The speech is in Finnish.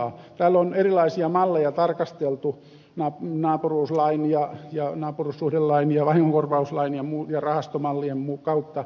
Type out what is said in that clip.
täällä on erilaisia malleja tarkasteltu naapuruuslain ja naapuruussuhdelain ja vahingonkorvauslain ja rahastomallien kautta